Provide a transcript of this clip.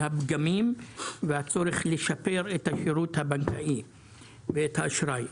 בפגמים ובצורך לשפר את השירות הבנקאי ואת האשראי?